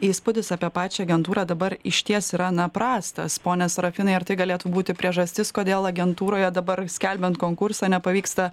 įspūdis apie pačią agentūrą dabar išties yra na prastas pone sarafinai ar tai galėtų būti priežastis kodėl agentūroje dabar skelbiant konkursą nepavyksta